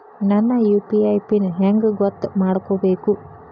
ನನ್ನ UPI pin ಹೆಂಗ್ ಗೊತ್ತ ಮಾಡ್ಕೋಬೇಕು?